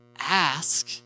ask